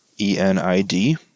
E-N-I-D